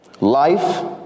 life